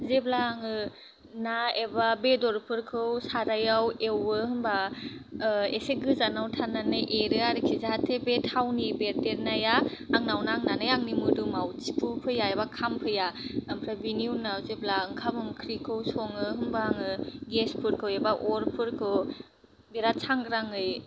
जेब्ला आङो ना एबा बेदरफोरखौ सारायाव एवयो होमबा एसे गोजानाव थानानै एरो आर्खि जाहाथे बे थावनि बेरदेरनाया आंनाव नांनानै आंनि मोदोनाव थिफुफैया एबा खामफैया ओमफ्राय बिनि उनाव जोब्ला ओंखाम ओंख्रिखौ सङो होमबा आङो गेस फोरखौ एबा अर फोरखौ बिराद सांग्राङै